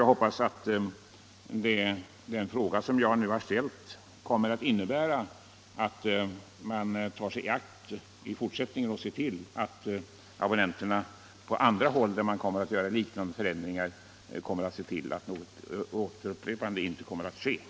Jag hoppas att den fråga som jag nu har ställt kommer att leda till att man i fortsättningen tar sig i akt och ser till att ett upprepande inte kommer att ske, så att abonnenterna på andra håll, där liknande för ändringar kan komma att vidtagas, får meddelande om nummerändringarna i god tid.